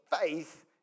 Faith